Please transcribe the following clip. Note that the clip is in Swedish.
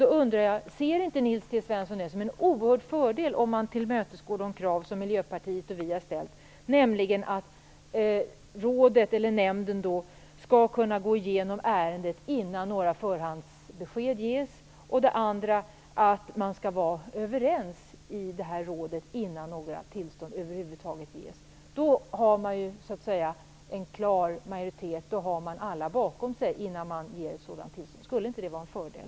Jag undrar om inte Nils T Svensson ser det som en oerhörd fördel att man tillmötesgår de krav som Miljöpartiet och Vänsterpartiet har ställt, nämligen att rådet skall kunna gå igenom ärendena innan några förhandsbesked ges, och att man skall vara överens i rådet innan några tillstånd ges över huvud taget. Då skulle rådet ha en klar majoritet med alla bakom sig innan några tillstånd ges. Skulle inte det vara en fördel?